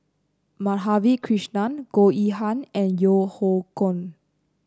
Madhavi Krishnan Goh Yihan and Yeo Hoe Koon